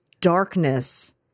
darkness